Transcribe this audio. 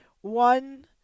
One